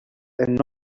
and